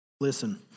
Listen